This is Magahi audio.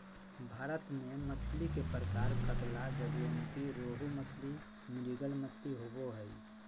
भारत में मछली के प्रकार कतला, ज्जयंती रोहू मछली, मृगल मछली होबो हइ